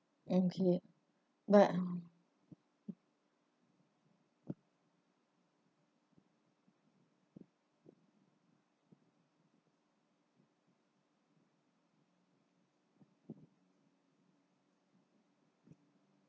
okay but